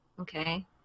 Okay